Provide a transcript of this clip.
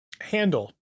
Handle